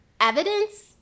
evidence